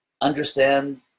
understand